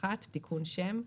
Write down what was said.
תיקון שם.